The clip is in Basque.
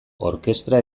orkestra